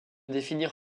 définir